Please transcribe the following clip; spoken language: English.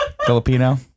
Filipino